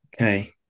Okay